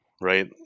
right